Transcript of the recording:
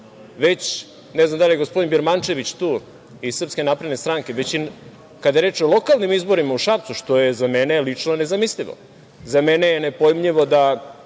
već, ne znam da li je gospodin Birmančević tu iz SNS, već i kada je reč o lokalnim izborima u Šapcu, što je za mene lično nezamislivo. Za mene je nepojmljivo da